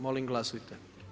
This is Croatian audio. Molim glasujte.